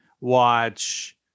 watch